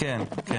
כן.